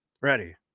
ready